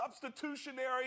substitutionary